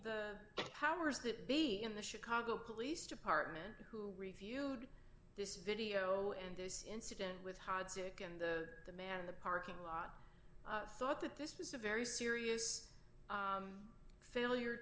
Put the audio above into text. the powers that be in the chicago police department who reviewed this video and this incident with hot sick and the man in the parking lot thought that this was a very serious failure